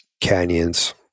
canyons